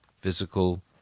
Physical